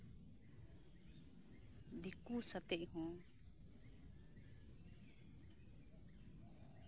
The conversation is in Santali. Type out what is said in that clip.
ᱟᱨ ᱫᱤᱠᱩ ᱥᱟᱛᱮᱜ ᱦᱚᱸ